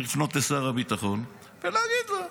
צריך לפנות לשר הביטחון ולהגיד לו.